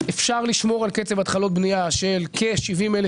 אפשר לשמור על קצב התחלות בנייה של כ-70,000